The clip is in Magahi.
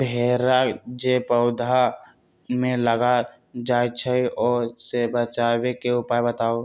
भेरा जे पौधा में लग जाइछई ओ से बचाबे के उपाय बताऊँ?